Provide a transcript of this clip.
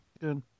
good